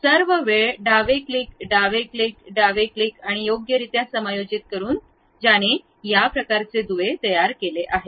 तर सर्व वेळ डावे क्लिक डावे क्लिक डावे क्लिक योग्यरित्या समायोजित करणे ज्याने या प्रकारचे दुवे तयार केले आहेत